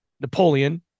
Napoleon